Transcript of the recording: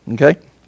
Okay